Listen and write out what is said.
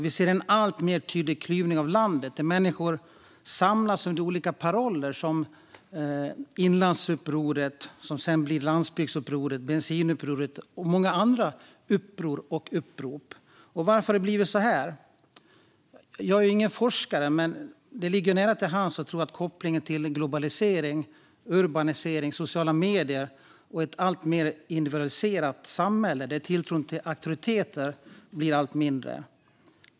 Vi ser en alltmer tydlig klyvning av landet där människor samlas under olika paroller som Inlandsupproret, som sedan blir Landsbygdsupproret, Bensinupproret och många andra uppror och upprop. Varför har det blivit så här? Jag är ingen forskare, men det ligger nära till hands att tro att det handlar om kopplingen till globalisering, urbanisering, sociala medier och ett alltmer individualiserat samhälle där tilltron till auktoriteter blir allt mindre.